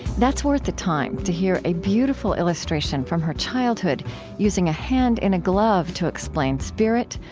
that's worth the time, to hear a beautiful illustration from her childhood using a hand in a glove to explain spirit,